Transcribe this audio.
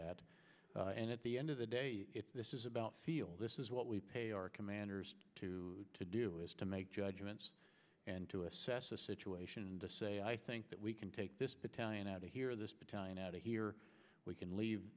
at and at the end of the day this is about field this is what we pay our commanders to to do is to make judgments and to assess the situation and to say i think that we can take this battalion out of here this battalion out of here we can leave